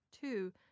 two